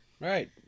Right